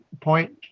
point